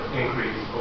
increase